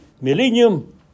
millennium